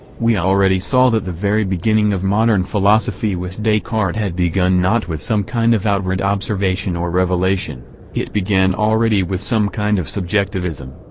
we already saw that the very beginning of modern philosophy with descartes had begun not with some kind of outward observation or revelation it began already with some kind of subjectivism.